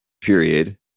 period